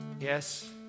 Yes